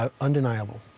Undeniable